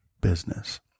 business